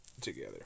together